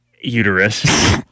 Uterus